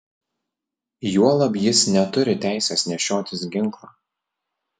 juolab jis neturi teisės nešiotis ginklą